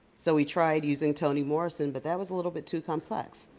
so we tried using toni morrison but that was a little bit too complex,